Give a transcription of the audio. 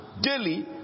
daily